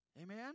Amen